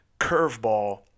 curveball